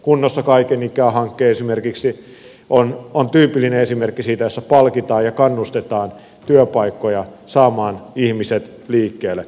kunnossa kaiken ikää hanke esimerkiksi on tyypillinen esimerkki sellaisesta jossa palkitaan ja kannustetaan työpaikkoja saamaan ihmiset liikkeelle